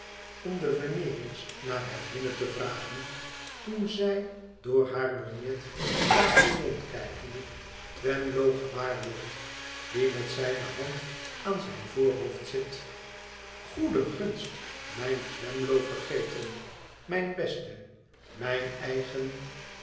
op de veneerings naar het hunne te vragen toen zij door haar lorgnet de tafel rondkijkende twemlow gewaar wordt die met zijne hand aan zijn voorhoofd zit goede gunst mijn twemlow vergeten mijn beste mijn eigen